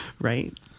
Right